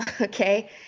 Okay